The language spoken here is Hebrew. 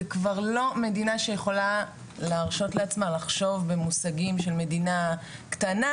זה כבר לא מדינה שיכולה לאפשר לעצמה לחשוב במושגים של מדינה קטנה,